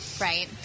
Right